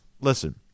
Listen